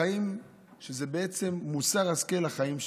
שזה בעצם מוסר השכל לחיים שלנו,